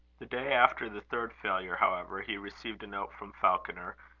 the day after the third failure, however, he received a note from falconer,